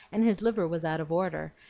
and his liver was out of order,